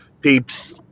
peeps